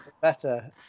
better